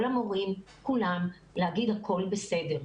כל מורים כולם, להגיד הכל בסדר.